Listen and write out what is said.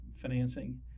financing